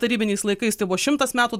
tarybiniais laikais tai buvo šimtas metų